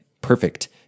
perfect